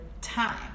Time